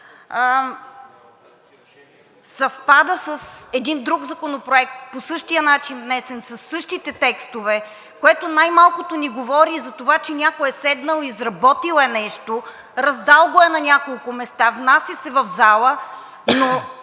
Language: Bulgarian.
съвпада с един друг законопроект, по същия начин внесен, със същите текстове, което най-малкото ни говори за това, че някой е седнал, изработил е нещо, раздал го е на няколко места, внася се в зала, но